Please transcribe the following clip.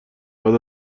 بعد